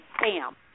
bam